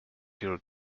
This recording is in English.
till